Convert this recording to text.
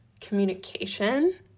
communication